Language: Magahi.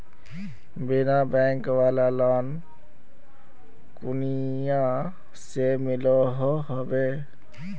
बिना बैंक वाला लोन कुनियाँ से मिलोहो होबे?